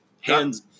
hands